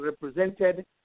represented